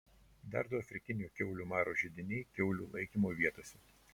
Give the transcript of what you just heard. dar du afrikinio kiaulių maro židiniai kiaulių laikymo vietose